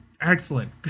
Excellent